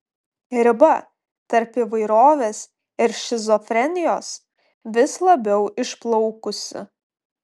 riba tarp įvairovės ir šizofrenijos vis labiau išplaukusi